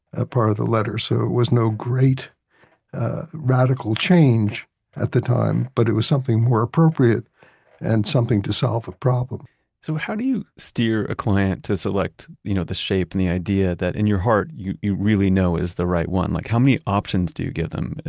a part of the letter. so it was no great radical change at the time, but it was something more appropriate and something to solve the problem so how do you steer a client to select you know the shape and the idea that in your heart you you really know is the right one? like how many options do you give them?